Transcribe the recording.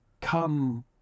Come